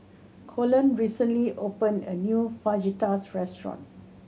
Colon recently opened a new Fajitas restaurant